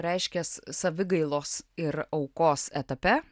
reiškias savigailos ir aukos etape